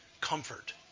comfort